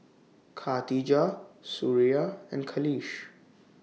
Khatijah Suria and Khalish